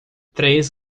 três